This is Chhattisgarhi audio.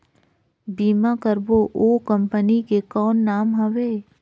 बीमा करबो ओ कंपनी के कौन नाम हवे?